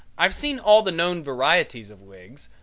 i've seen all the known varieties of wigs,